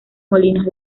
molinos